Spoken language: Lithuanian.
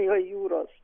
jo jūros